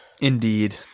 indeed